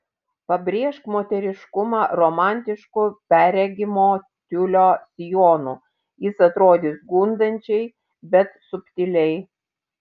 pabrėžk moteriškumą romantišku perregimo tiulio sijonu jis atrodys gundančiai bet subtiliai